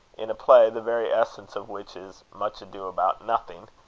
in a play the very essence of which is much ado about nothing.